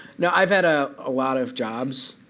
no, i've had ah a lot of jobs.